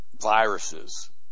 viruses